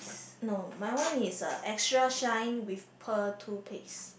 no my one is uh extra shine with pearl toothpaste